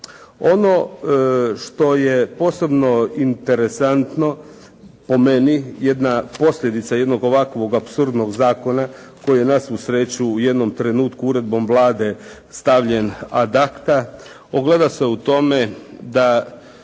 Ono što je posebno interesantno po meni, jedna posljedica jednog ovakvog apsurdnog zakona koji je na svu sreću u jednom trenutku uredbom Vlade stavljen ad acta ogleda se u tome da